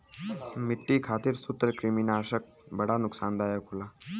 मट्टी खातिर सूत्रकृमिनाशक बड़ा नुकसानदायक होला